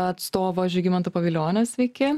atstovo žygimanto pavilionio sveiki